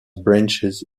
branches